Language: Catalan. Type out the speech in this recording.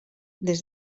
des